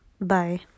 bye